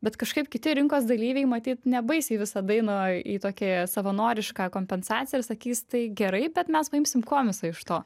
bet kažkaip kiti rinkos dalyviai matyt ne baisiai visad eina į tokį savanorišką kompensaciją ir sakys tai gerai bet mes paimsim komisą iš to